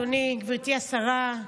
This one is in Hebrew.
אדוני, גברתי השרה,